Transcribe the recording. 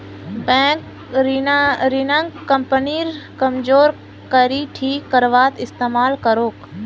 bank ऋणक कंपनीर कमजोर कड़ी ठीक करवात इस्तमाल करोक